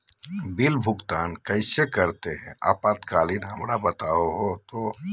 Bill भुगतान कैसे करते हैं आपातकालीन हमरा बताओ तो?